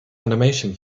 animation